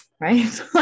right